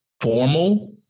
formal